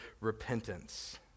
repentance